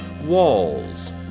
walls